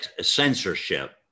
censorship